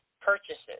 purchases